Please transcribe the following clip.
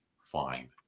fine